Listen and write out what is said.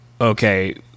okay